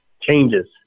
changes